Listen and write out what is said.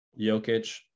Jokic